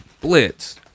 blitz